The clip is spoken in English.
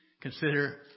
consider